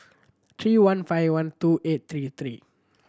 three one five one two eight three three